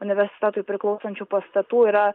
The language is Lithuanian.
universitetui priklausančių pastatų yra